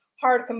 hard